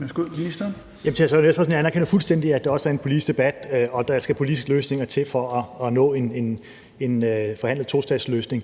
anerkender, at det også er en politisk debat, og at der skal politiske løsninger til for at nå en forhandlet tostatsløsning.